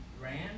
grand